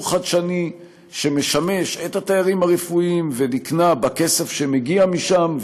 חדשני שמשמש את התיירים הרפואיים ונקנה בכסף שמגיע משם,